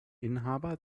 inhaber